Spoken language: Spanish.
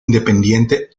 independiente